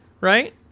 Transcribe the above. right